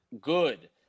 good